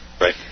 Right